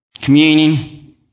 Communion